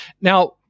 Now